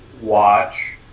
watch